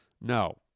No